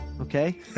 okay